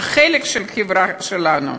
שהם חלק מהחברה שלנו.